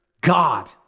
God